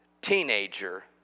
teenager